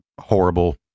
horrible